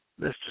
Mr